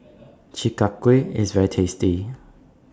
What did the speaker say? Chi Kak Kuih IS very tasty